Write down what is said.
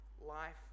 life